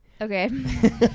Okay